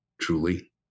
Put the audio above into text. Truly